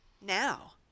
Now